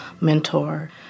mentor